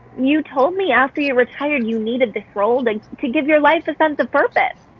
you told me, after you retired, you needed this role to give your life a sense of purpose.